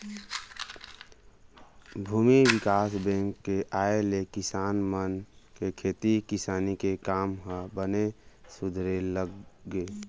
भूमि बिकास बेंक के आय ले किसान मन के खेती किसानी के काम ह बने सुधरे लग गे